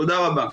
תודה רבה.